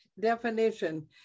definition